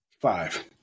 Five